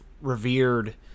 revered